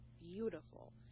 beautiful